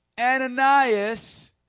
Ananias